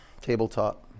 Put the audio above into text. Tabletop